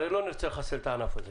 הרי לא נרצה לחסל את הענף הזה